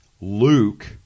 Luke